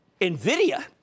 NVIDIA